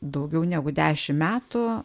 daugiau negu dešim metų